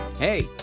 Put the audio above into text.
Hey